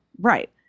right